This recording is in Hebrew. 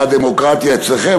מה הדמוקרטיה אצלכם?